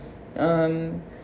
um